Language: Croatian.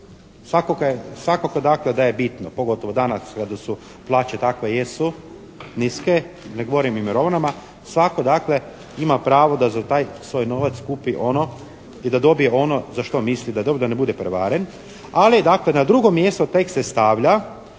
dakle da je bitno, pogotovo danas kada su plaće kakve jesu, niske, ne govorim o mirovinama. Svatko dakle ima pravo da za taj svoj novac kupi ono i da dobije ono za što mislim da je dobro, da ne bude prevaren. Ali dakle na drugo mjesto tek se stavlja